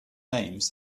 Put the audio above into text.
names